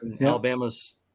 Alabama's –